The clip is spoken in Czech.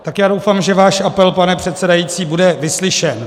Tak já doufám, že váš apel, pane předsedající, bude vyslyšen.